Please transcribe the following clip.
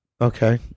Okay